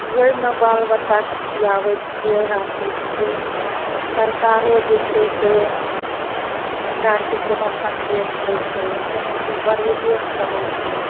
ओहिमे बाल बच्चाके खियाबै छियै राखै छियै सरकारो जे छै से हमरा आरके कोनो फण्डे नहि दै छै कोनो चीज बढ़ैबे नहि करै छै